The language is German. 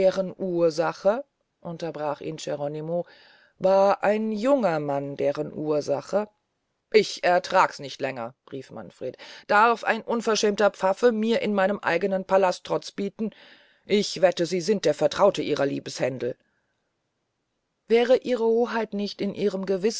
ursach unterbrach ihn geronimo war ein junger mann deren ursach ich ertrag es nicht länger rief manfred darf ein unverschämter pfaff mir in meinem eignen pallast trotz bieten ich wette sie sind der vertraute ihrer liebeshändel wäre ihre hoheit nicht in ihrem